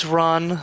run